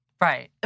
Right